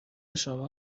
شما